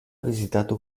visitato